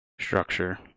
structure